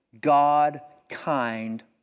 God-kind